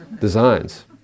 designs